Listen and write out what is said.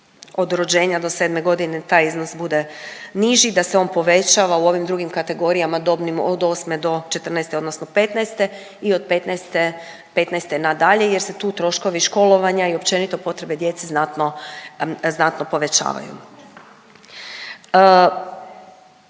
od rođenja do 7 godine taj iznos bude niži i da se on povećava u ovim drugim kategorijama dobnim od 8 do 14 odnosno 15 i od 15 nadalje jer se tu troškovi školovanja i općenito potrebe djece znatno, znatno povećavaju.